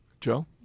Joe